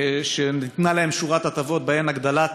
שניתנה להם שורת הטבות ובהן הגדלת